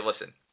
listen